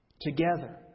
Together